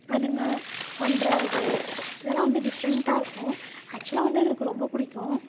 அதுங்கள் பண்ணுற இது இதெல்லாம் வந்து டிஃப்ரெண்ட்டாக இருக்கும் ஆக்ச்சுலாக வந்து அது எனக்கு ரொம்ப பிடிக்கும்